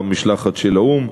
גם משלחת של האו"ם,